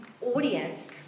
audience